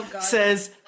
says